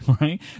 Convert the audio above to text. right